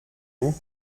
vous